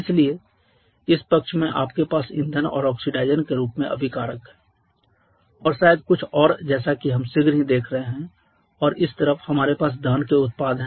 इसलिए इस पक्ष में आपके पास ईंधन और ऑक्सीडाइज़र के रूप में अभिकारक हैं और शायद कुछ और जैसा कि हम शीघ्र ही देख रहे हैं और इस तरफ हमारे पास दहन के उत्पाद हैं